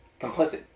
Complicit